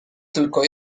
tylko